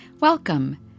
Welcome